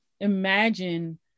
imagine